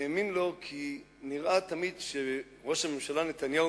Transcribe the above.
האמין לו, כי נראה תמיד כשראש הממשלה נתניהו